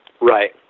Right